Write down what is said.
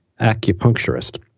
acupuncturist